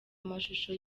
amashusho